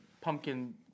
pumpkin